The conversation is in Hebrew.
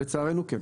לצערנו כן.